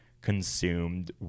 consumed